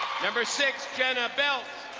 number six, jenna belt.